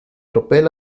tropel